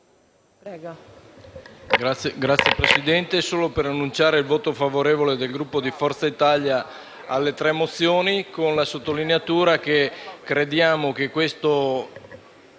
intervengo solo per annunciare il voto favorevole del Gruppo di Forza Italia alle tre mozioni presentate, con la sottolineatura che crediamo che questo